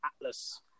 Atlas